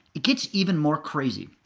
it gets even more crazy.